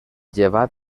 llevat